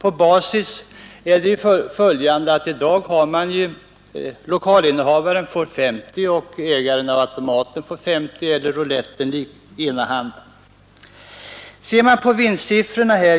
I dag råder den fördelningsprincipen att lokalinnehavaren får 50 procent och ägaren av automaten eller rouletten får 50 procent.